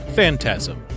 Phantasm